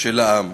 של העם,